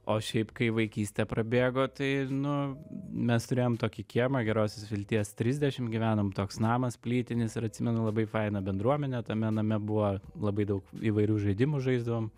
o šiaip kai vaikystė prabėgo tai nu mes turėjom tokį kiemą gerosios vilties trisdešim gyvenom toks namas plytinis ir atsimenu labai faina bendruomenę tame name buvo labai daug įvairių žaidimų žaisdavom